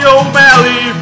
O'Malley